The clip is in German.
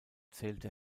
zählte